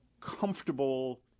comfortable